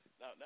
Now